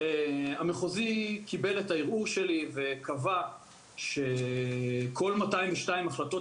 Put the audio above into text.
המחוזי קיבל את הערעור שלי וקבע שכל 202 החלטות